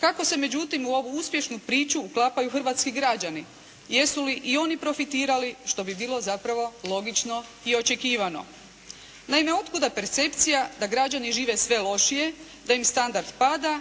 Kako se međutim u ovu uspješnu priču uklapaju hrvatski građani? Jesu li i oni profitirali što bi bilo zapravo logično i očekivano. Naime, od kuda percepcija da građani žive sve lošije, da im standard pada